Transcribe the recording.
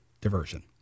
diversion